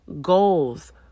goals